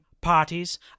parties